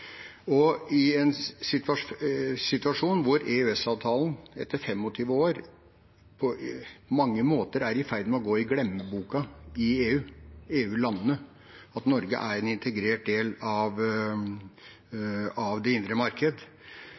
og bedrifter. Dette gjelder i en situasjon hvor EØS-avtalen etter 25 år på mange måter er i ferd med å gå i glemmeboka i EU og EU-landene – at Norge er en integrert del av det indre marked.